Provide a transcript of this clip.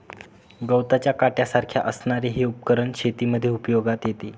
गवताच्या काट्यासारख्या असणारे हे उपकरण शेतीमध्ये उपयोगात येते